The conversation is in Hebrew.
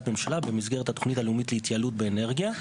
מממשלה במסגרת התוכנית הלאומית להתייעלות באנרגיה.